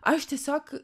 aš tiesiog